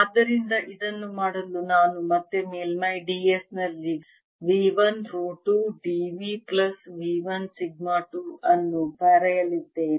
ಆದ್ದರಿಂದ ಇದನ್ನು ಮಾಡಲು ನಾನು ಮತ್ತೆ ಮೇಲ್ಮೈ d s ನಲ್ಲಿ V 1 rho 2 d V plus V 1 sigma 2 ಅನ್ನು ಬರೆಯಲಿದ್ದೇನೆ